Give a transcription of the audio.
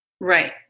Right